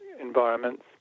environments